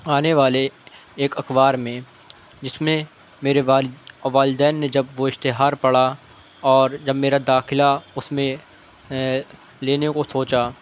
آنے والے ایک اخبار میں جس میں میرے والد والدین نے جب وہ اشتہار پڑھا اور جب میرا داخلہ اس میں لینے کو سوچا